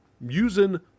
using